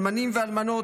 האלמנים והאלמנות,